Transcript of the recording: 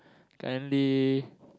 currently